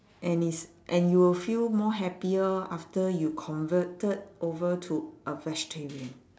and is and you will feel more happier after you converted over to a vegetarian